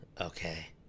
okay